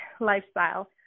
lifestyle